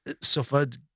suffered